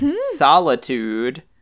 Solitude